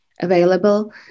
available